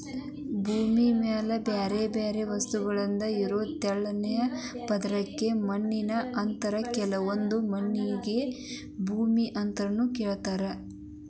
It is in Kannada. ಭೂಮಿ ಮ್ಯಾಲೆ ಬ್ಯಾರ್ಬ್ಯಾರೇ ವಸ್ತುಗಳಿಂದ ಇರೋ ತೆಳ್ಳನ ಪದರಕ್ಕ ಮಣ್ಣು ಅಂತಾರ ಕೆಲವೊಂದ್ಸಲ ಮಣ್ಣಿಗೆ ಭೂಮಿ ಅಂತಾನೂ ಕರೇತಾರ